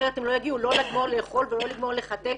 שאחרת הם לא יגיעו לא לגמור לאכול ולא לגמור לחתל.